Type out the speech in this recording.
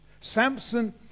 Samson